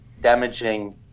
damaging